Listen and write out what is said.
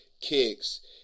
kicks